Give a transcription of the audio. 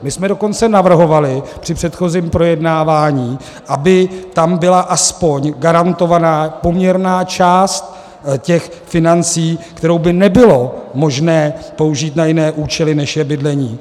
My jsme dokonce navrhovali při předchozím projednávání, aby tam byla aspoň garantovaná poměrná část těch financí, kterou by nebylo možné použít na jiné účely, než je bydlení.